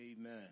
Amen